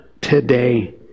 today